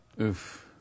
Oof